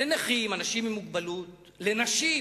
לנכים, אנשים עם מוגבלות, לנשים,